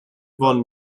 von